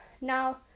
Now